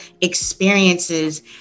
experiences